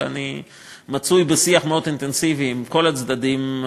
ואני מצוי בשיח מאוד אינטנסיבי עם כל הצדדים.